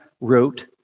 wrote